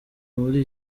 muri